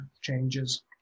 changes